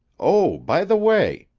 oh, by the way,